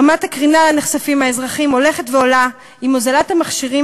רמת הקרינה שאליה נחשפים האזרחים הולכת ועולה עם הוזלת המכשירים